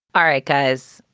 all right, guys.